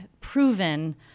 proven